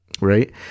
Right